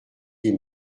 des